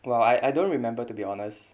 well I I don't remember to be honest